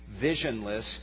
visionless